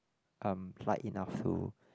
um light enough to